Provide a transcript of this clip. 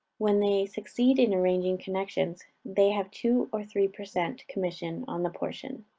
when they succeed in arranging connections, they have two or three per cent. commission on the portion.